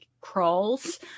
crawls